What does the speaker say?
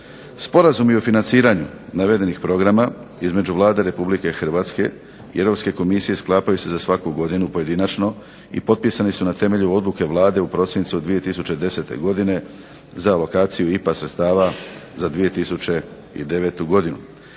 Sporazumi o financiranju navedenih programa između Vlade Republike Hrvatske i Europske komisije sklapaju se za svaku godinu pojedinačno i potpisani su na temelju odluke Vlade u prosincu 2010. godine za lokaciju IPA sredstava za 2009. godinu.